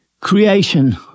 creation